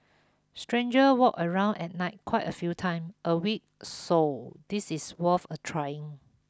stranger walk around at night quite a few time a week so this is worth a trying